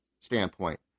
standpoint